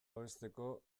babesteko